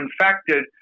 infected